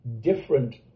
different